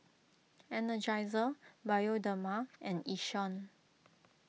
Energizer Bioderma and Yishion